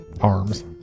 arms